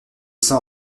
sans